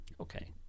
Okay